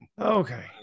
okay